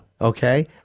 Okay